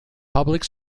public